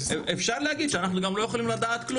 אפשר להגיד שאנחנו גם לא יכולים לדעת כלום.